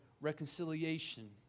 reconciliation